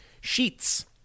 Sheets